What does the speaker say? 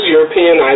European